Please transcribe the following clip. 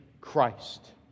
Christ